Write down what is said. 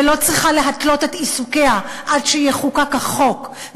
ולא צריכה להתלות את עיסוקיה עד שיחוקק החוק,